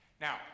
Now